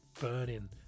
burning